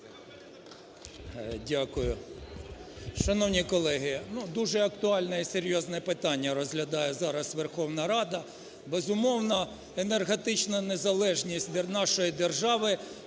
Дякую. Шановні колеги, ну, дуже актуальне і серйозне питання розглядає зараз Верховна Рада. Безумовно, енергетична незалежність для нашої держави